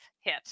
hit